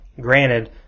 Granted